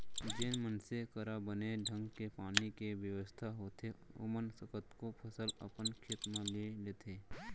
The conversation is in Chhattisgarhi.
जेन मनसे करा बने ढंग के पानी के बेवस्था होथे ओमन कतको फसल अपन खेत म ले लेथें